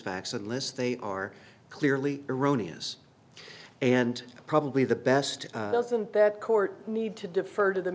facts unless they are clearly erroneous and probably the best doesn't that court need to defer to the